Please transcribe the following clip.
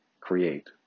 create